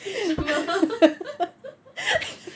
鸡胸吗